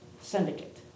syndicate